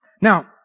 Now